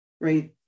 right